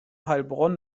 heilbronn